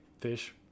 fish